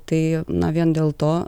tai na vien dėl to